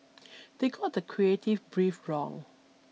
they got the creative brief wrong